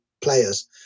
players